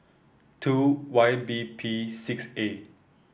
two Y B P six A